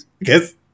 guess